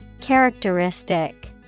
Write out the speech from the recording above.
Characteristic